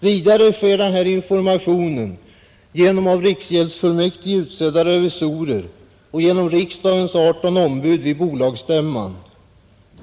Vidare lämnas denna information genom av riksgäldsfullmäktige utsedda revisorer och genom riksdagens 18 ombud vid bolagsstämman.